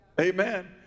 Amen